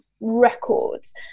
records